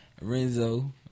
Renzo